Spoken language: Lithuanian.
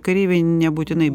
kareiviai nebūtinai